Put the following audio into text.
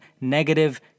negative